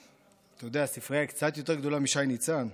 אתה יודע, הספרייה היא קצת יותר גדולה משי ניצן.